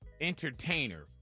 entertainer